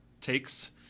takes